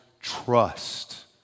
trust